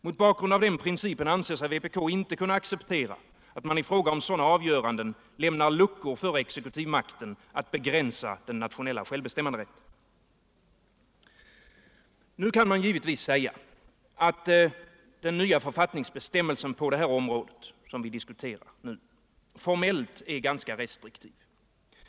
Mot bakgrund av den principen anser sig vpk inte kunna acceptera att man i fråga om sådana avgöranden lämnar luckor för exekutivmakten att begränsa den nationella självbestämmanderätten. Nu kan man givetvis säga att den nya författningsbestämmelsen på detta område formellt är ganska restriktiv.